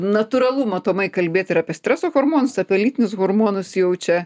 natūralu matomai kalbėt ir apie streso hormonus apie lytinius hormonus jau čia